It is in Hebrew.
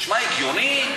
נשמע הגיוני?